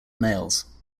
males